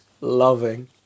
loving